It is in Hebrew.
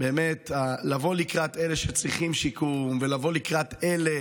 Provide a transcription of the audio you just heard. הצורך לבוא לקראת אלה שצריכים שיקום ולבוא לקראת אלה